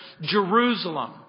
Jerusalem